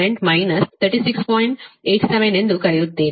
87 ಎಂದು ಕರೆಯುತ್ತೀರಿ